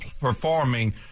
performing